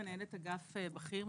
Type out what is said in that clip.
מנהלת אגף בכיר,